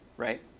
right?